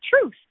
Truth